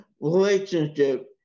relationship